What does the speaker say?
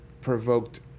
provoked